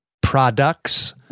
products